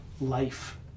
life